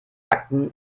akten